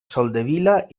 soldevila